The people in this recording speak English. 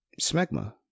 smegma